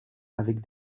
avec